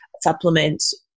supplements